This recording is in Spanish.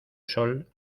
sol